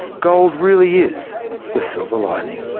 gold really is the silver lining